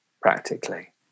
practically